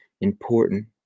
important